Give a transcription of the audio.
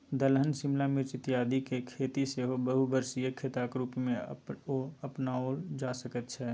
दलहन शिमला मिर्च इत्यादिक खेती सेहो बहुवर्षीय खेतीक रूपमे अपनाओल जा सकैत छै